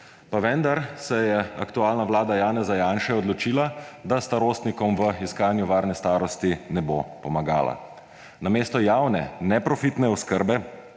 Pa vendar se je aktualna vlada Janeza Janše odločila, da starostnikom v iskanju varne starosti ne bo pomagala. Namesto javne neprofitne oskrbe